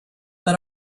but